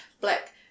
black